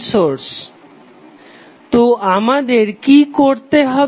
তো আমাদের কি করতে হবে